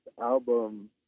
album